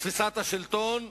תפיסת השלטון,